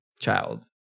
child